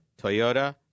Toyota